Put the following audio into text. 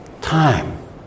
Time